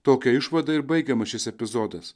tokią išvadą ir baigiamas šis epizodas